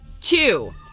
two